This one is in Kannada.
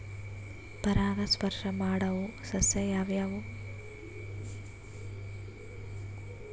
ಪರಾಗಸ್ಪರ್ಶ ಮಾಡಾವು ಸಸ್ಯ ಯಾವ್ಯಾವು?